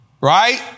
Right